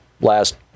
last